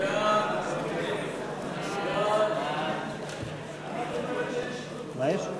הצעת ועדת החוקה,